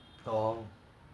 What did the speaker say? like it's always a clique